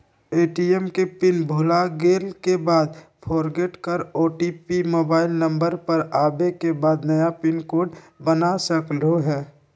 ATM के pin भुलागेल के बाद फोरगेट कर ओ.टी.पी मोबाइल नंबर पर आवे के बाद नया पिन कोड बना सकलहु ह?